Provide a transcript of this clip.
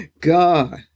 God